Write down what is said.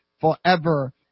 forever